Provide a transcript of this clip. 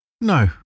No